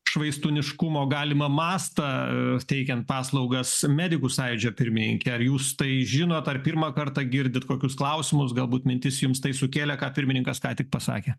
švaistūniškumo galimą mastą teikiant paslaugas medikų sąjūdžio pirmininkė ar jūs tai žinot ar pirmą kartą girdit kokius klausimus galbūt mintis jums tai sukėlė ką pirmininkas ką tik pasakė